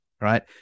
right